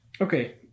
Okay